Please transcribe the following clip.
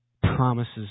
Promises